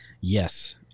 Yes